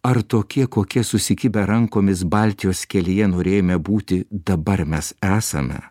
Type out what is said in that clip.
ar tokie kokie susikibę rankomis baltijos kelyje norėjome būti dabar mes esame